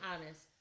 honest